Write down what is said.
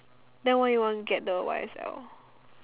then why you want get the y_s_l